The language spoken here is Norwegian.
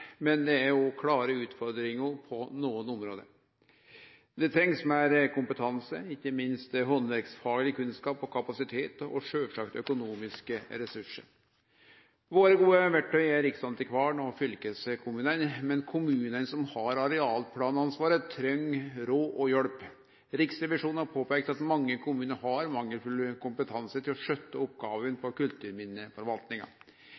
men det er òg klare utfordringar på nokre område. Det trengst meir kompetanse, ikkje minst handverksfagleg kunnskap og kapasitet og sjølvsagt økonomiske ressursar. Våre gode verktøy er riksantikvaren og fylkeskommunane, men kommunane som har arealplanansvaret, treng råd og hjelp. Riksrevisjonen har påpeikt at mange kommunar har mangelfull kompetanse til å skjøtte oppgåvene